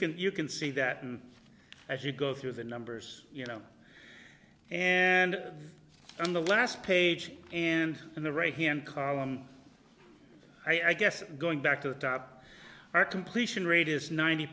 can you can see that and as you go through the numbers you know and on the last page and in the right hand column i guess going back to the top are completion rate is ninety